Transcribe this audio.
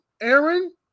Aaron